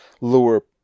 lower